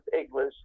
English